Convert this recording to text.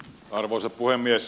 arvoisa puhemies